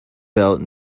belt